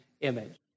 image